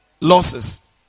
losses